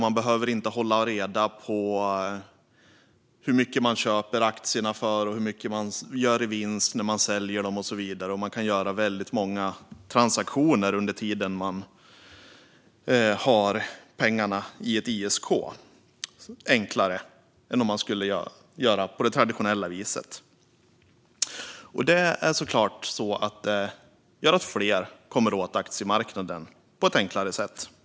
Man behöver inte hålla reda på hur mycket man köper aktierna för och hur mycket man gör i vinst när man säljer dem och så vidare. Det är mycket enklare att göra väldigt många transaktioner under den tid man har pengarna i ett ISK än om man skulle göra det på det traditionella viset. Det gör såklart att fler kommer åt aktiemarknaden på ett enklare sätt.